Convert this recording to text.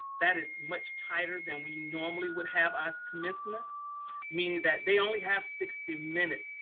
that is much tighter than we normally would have our commencement meaning that they only have sixty minutes,